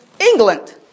England